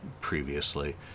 previously